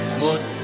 Smooth